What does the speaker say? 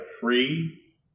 free